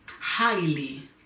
highly